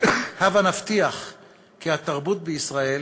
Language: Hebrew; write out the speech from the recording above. הבה נבטיח כי התרבות בישראל